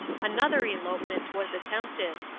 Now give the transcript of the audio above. another elopement was attempted.